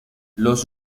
los